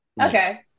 Okay